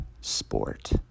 sport